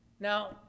Now